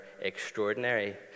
extraordinary